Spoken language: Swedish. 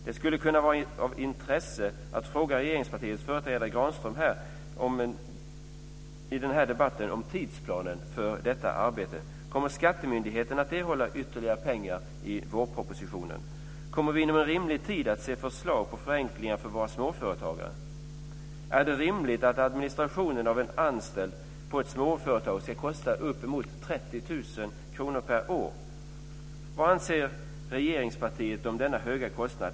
Det skulle kunna vara av intresse att fråga regeringspartiets företrädare i den här debatten, Per Erik Granström, om tidsplanen för detta arbete. Kommer skattemyndigheterna att erhålla ytterligare pengar i vårpropositionen? Kommer vi inom en rimlig tid att se förslag på förenklingar för våra småföretagare? Är det rimligt att administrationen av en anställd på ett småföretag ska kosta upp emot 30 000 kr per år? Vad anser regeringspartiet om denna höga kostnad?